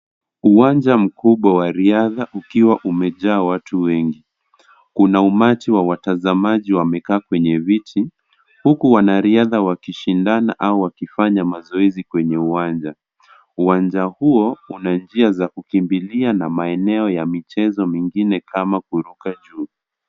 Uwanja mkubwa wa riadha ukiwa umejaa watu wengi. Kuna umati wa watazamaji wamekaa kwenye viti huku wanariadha wakishindana au wakifanya mazoezi kwenye uwanja. Uwanja hio una njia za kukimbilia na maeneo ya michezo mingine kama kuruka juu.